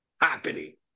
happening